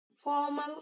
formal